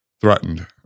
threatened